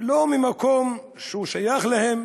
לא ממקום ששייך להם